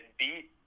beat